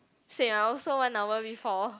same I also one hour before